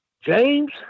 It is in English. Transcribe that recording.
James